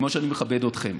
כמו שאני מכבד אתכם.